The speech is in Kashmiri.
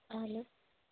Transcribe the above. اَہَن حظ